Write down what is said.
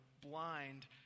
blind